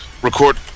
record